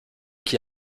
qui